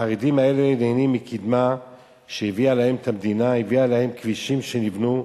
החרדים האלה נהנים מקדמה שהביאה להם המדינה: הביאה להם כבישים שנבנו,